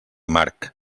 marc